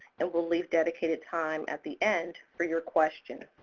and well leave dedicated time at the end for your questions